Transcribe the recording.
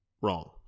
wrong